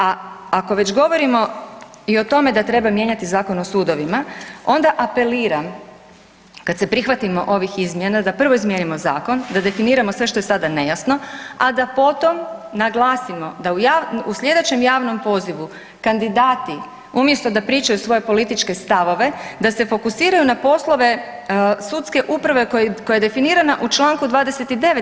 A ako već govorimo i o tome da treba mijenjati Zakon o sudovima, onda apeliram kad se prihvatimo ovih izmjena da prvo izmijenimo zakon, da definiramo sve što je sada nejasno, a da potom naglasimo da u sljedećem javnom pozivu kandidati umjesto da pričaju svoje političke stavove, da se fokusiraju na poslove sudske uprave koja je definirana u članku 29.